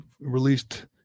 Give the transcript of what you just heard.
released